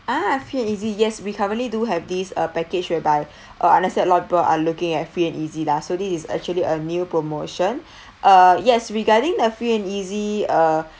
ah free and easy yes we currently do have this uh package whereby uh let's say a lot of people are looking at free and easy lah so this is actually a new promotion uh yes regarding the free and easy uh